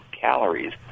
calories